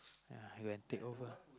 ya you can take over